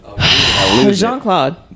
Jean-Claude